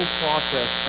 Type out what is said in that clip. process